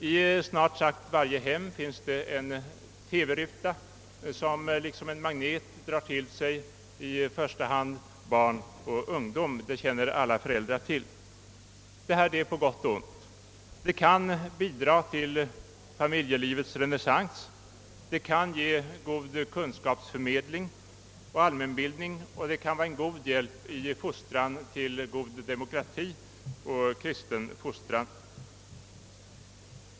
I snart sagt varje hem finns en TV-ruta som liksom en magnet drar till sig framför allt barn och ungdom, det känner alla föräldrar till. Detta är något på både gott och ont. Det kan bidra till familjelivets renässans, till god kunskapsförmedling och allmänbildning och kanske även vara en god hjälp vid fostran till god demokratisk och kristen livssyn.